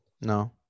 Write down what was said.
No